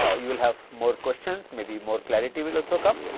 ah you will have more questions maybe more clarity will also come.